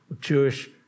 Jewish